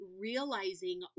realizing